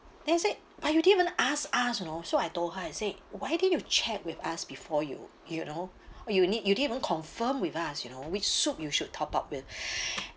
then I said but you didn't even ask us you know so I told her I say why didn't you check with us before you you know you need you didn't even confirm with us you know which soup you should top up with